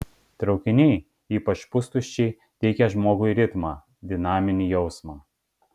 traukiniai ypač pustuščiai teikia žmogui ritmą dinaminį jausmą